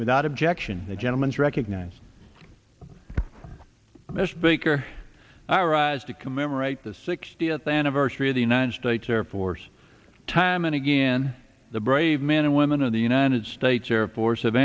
without objection the gentleman is recognized miss baker all rise to commemorate the sixtieth anniversary of the united states air force time and again the brave men and women of the united states air force